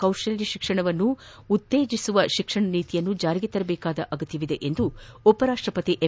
ಕೌಶಲ್ತ ಶಿಕ್ಷಣವನ್ನು ಉತ್ತೇಜಿಸುವ ಶಿಕ್ಷಣ ನೀತಿಯನ್ನು ಜಾರಿಗೆ ತರುವ ಅಗತ್ಯವಿದೆ ಎಂದು ಉಪ ರಾಷ್ಷಪತಿ ಎಂ